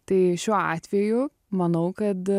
tai šiuo atveju manau kad